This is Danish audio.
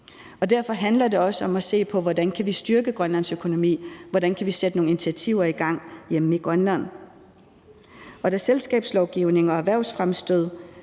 Derfor handler det også om at se på, hvordan vi kan styrke Grønlands økonomi, hvordan vi kan sætte nogle initiativer i gang hjemme i Grønland. Og da selskabslovgivningen og erhvervsfremstød